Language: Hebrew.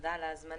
תודה על ההזמנה.